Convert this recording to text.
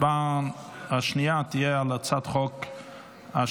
ההצבעה השנייה תהיה על הצעת החוק השנייה,